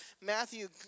Matthew